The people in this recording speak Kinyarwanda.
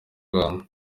rwanda